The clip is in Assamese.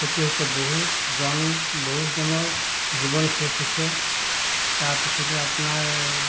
ক্ষতি হৈছে বহুতজন বহুতজনৰ জীৱন শেষ হৈছে তাৰপিছতে আপোনাৰ